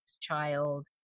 child